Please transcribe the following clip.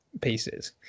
pieces